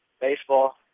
Baseball